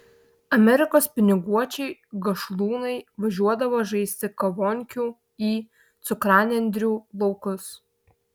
amerikos piniguočiai gašlūnai važiuodavo žaisti kavonkių į cukranendrių laukus